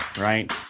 right